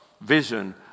vision